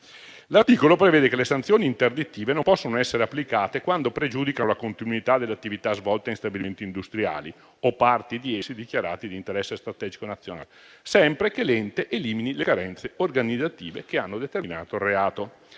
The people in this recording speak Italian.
L'articolo prevede che le sanzioni interdittive non possono essere applicate quando pregiudicano la continuità dell'attività svolta in stabilimenti industriali o in parti di essi dichiarate di interesse strategico nazionale, sempre che l'ente elimini le carenze organizzative che hanno determinato il reato,